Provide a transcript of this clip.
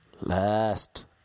Last